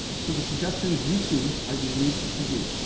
so the suggestions you see are unique to you.